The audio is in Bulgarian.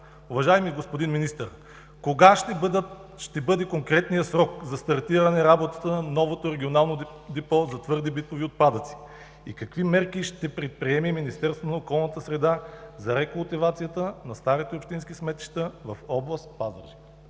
Уважаеми господин Министър, кога ще бъде конкретният срок за стартиране работата на новото Регионално депо за твърди битови отпадъци? Какви мерки ще предприеме Министерството на околната среда и водите за рекултивацията на старите общински сметища в област Пазарджик?